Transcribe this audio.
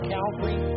Calvary